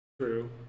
true